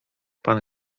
pan